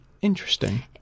interesting